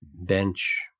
bench